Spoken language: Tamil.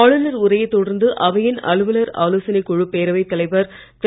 ஆளுநர் உரையைத் தொடர்ந்து அவையின் அலுவலர் ஆலோசனைக் குழு பேரவைத் தலைவர் திரு